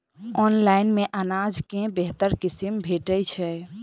Online मे अनाज केँ बेहतर किसिम भेटय छै?